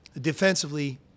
defensively